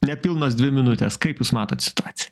nepilnos dvi minutės kaip jūs matot situaciją